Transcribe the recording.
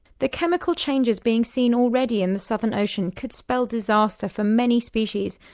the chemical changes being seen already in the southern ocean could spell disaster for many species,